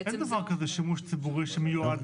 אין דבר כזה שימוש ציבורי שמיועד